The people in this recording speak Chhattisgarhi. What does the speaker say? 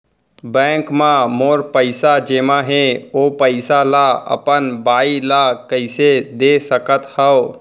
बैंक म मोर पइसा जेमा हे, ओ पइसा ला अपन बाई ला कइसे दे सकत हव?